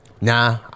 Nah